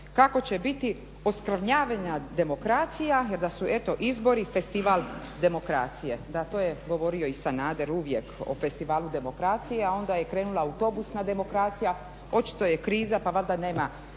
kako će biti oskrvnjavanja demokracija jer da su eto izbori festival demokracije. Da, to je govorio i Sanader o festivalu demokracije a onda je krenula autobusna demokracija, očito je kriza pa valjda nema